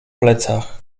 plecach